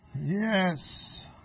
Yes